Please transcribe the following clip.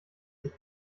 sich